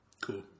Cool